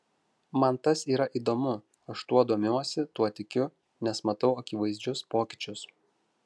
man tas yra įdomu aš tuo domiuosi tuo tikiu nes matau akivaizdžius pokyčius